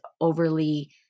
overly